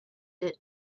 did